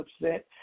upset